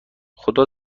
خدا